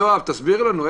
יואב, תסביר לנו.